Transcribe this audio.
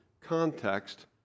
context